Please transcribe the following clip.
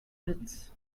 huit